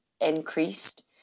increased